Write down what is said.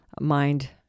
mind